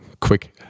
quick